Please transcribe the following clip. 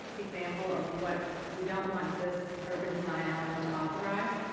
example of what we don't want this urban design element to authorize.